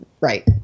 right